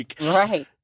Right